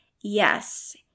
Yes